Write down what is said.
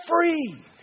free